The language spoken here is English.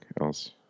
else